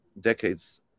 decades